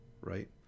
right